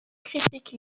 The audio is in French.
critique